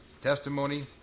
testimony